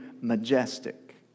majestic